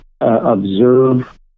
observe